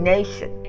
Nation